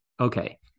Okay